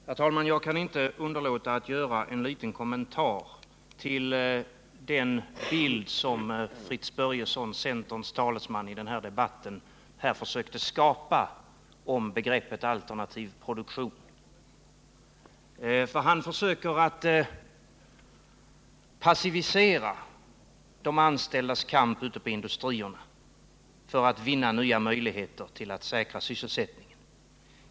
Herr talman! Jag kan inte underlåta att göra en liten kommentar till den bild som Fritz Börjesson, centerns talesman i den här debatten, försöker skapa av begreppet alternativ produktion. Han försöker att passivisera de anställdas kamp ute på industrierna för att vinna nya möjligheter till att säkra sysselsättningen.